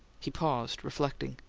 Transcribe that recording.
he paused, reflecting.